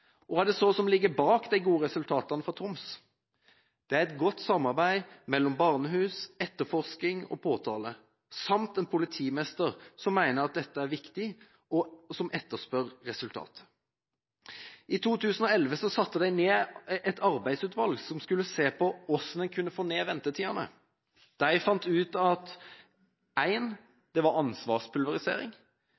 Hva er det så som ligger bak de gode resultatene fra Troms? Det er et godt samarbeid mellom barnehus, etterforskning og påtale samt en politimester som mener at dette er viktig, og som etterspør resultater. I 2011 satte de ned et arbeidsutvalg som skulle se på hvordan de kunne få ned ventetidene. De fant ut